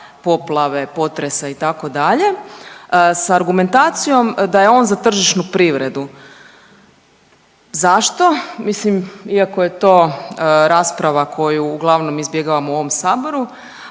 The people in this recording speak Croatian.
poplave, potresa itd. sa argumentacijom da je on za tržišnu privredu. Zašto? Mislim iako je to rasprava koju uglavnom izbjegavamo u ovom saboru.